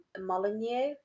Molyneux